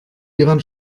hieran